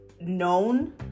known